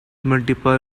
multiple